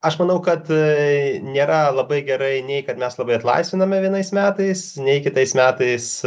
aš manau kad nėra labai gerai nei kad mes labai atlaisviname vienais metais nei kitais metais